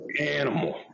animal